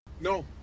No